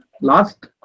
last